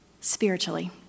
spiritually